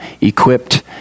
equipped